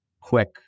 quick